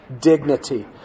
dignity